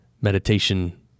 meditation